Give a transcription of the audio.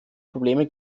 probleme